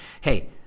Hey